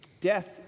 Death